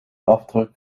afdruk